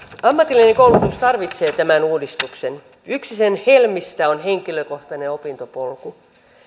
ammatillinen koulutus tarvitsee tämän uudistuksen yksi sen helmistä on henkilökohtainen opintopolku